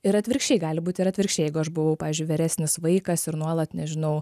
ir atvirkščiai gali būt ir atvirkščiai jeigu aš buvau pavyzdžiui veresnis vaikas ir nuolat nežinau